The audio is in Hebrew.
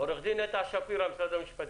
עורכת הדין נטע שפירא, משרד המשפטים,